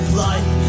life